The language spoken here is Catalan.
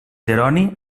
jeroni